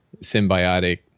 symbiotic